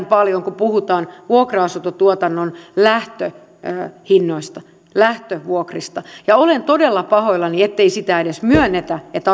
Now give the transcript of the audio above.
paljon kun puhutaan vuokra asuntotuotannon lähtöhinnoista lähtövuokrista ja olen todella pahoillani ettei sitä edes myönnetä että